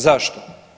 Zašto?